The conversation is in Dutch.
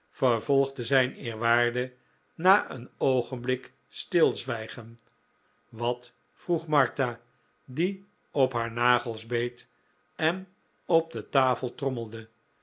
vervolgde zijn eerwaarde na een oogenblik stilzwijgen wat vroeg martha die op haar nagels beet en op de tafel trommelde